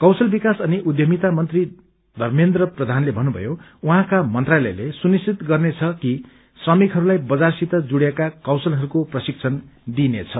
कौशल विकास अनि उधमिता मन्त्री षमेन्द्र प्रधानले भन्नुभयो उहाँका मन्त्रालयले सुनिश्चित गर्नेछ कि श्रमिकहरूलाई बजारसित जुड़िएका कौशलहरूको प्रशिक्षण दिइनेछ